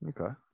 okay